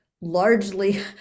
largely